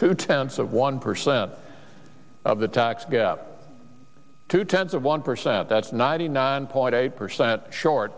two tenths of one percent of the tax gap two tenths of one percent that's ninety nine point eight percent short